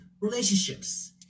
relationships